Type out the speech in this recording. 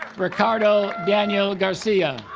ricardo daniel garcia